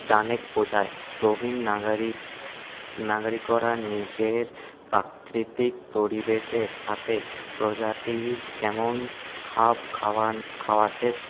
ডানেক বোঝায় প্রবীণ নাগারিক নাগারিকরা নিজের প্রাকৃতিক পরিবেশের সাথে প্রজাতি কেমন খাপ খাওয়ান খাওয়াতে